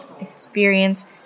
experience